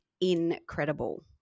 incredible